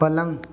पलंग